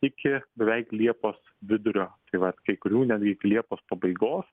iki beveik liepos vidurio tai vat kai kurių net iki liepos pabaigos